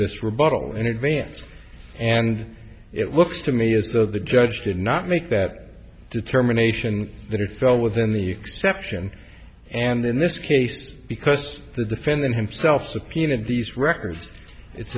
this rebuttal in advance and it looks to me as though the judge did not make that determination that it fell within the exception and in this case because the defendant himself subpoenaed these records it's